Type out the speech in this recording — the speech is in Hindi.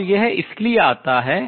और यह इसलिए आता है